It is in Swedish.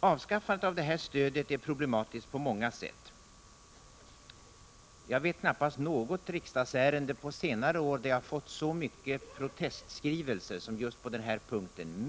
Avskaffandet av det här stödet är problematiskt på många sätt. Jag vet knappast något annat ärende på senare år som har föranlett att jag fått så många protestskrivelser.